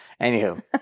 anywho